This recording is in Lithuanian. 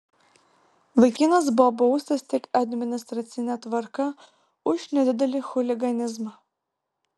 vaikinas buvo baustas tik administracine tvarka už nedidelį chuliganizmą